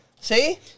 See